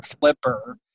flipper